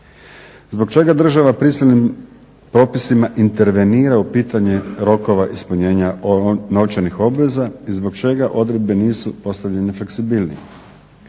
Zbog čega država prisilnim propisima intervenira u pitanje rokova ispunjenja novčanih obveza i zbog čega odredbe nisu postavljene fleksibilnije.